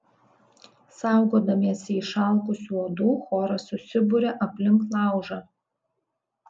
saugodamiesi išalkusių uodų choras susiburia aplink laužą